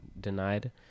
denied